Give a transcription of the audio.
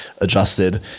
adjusted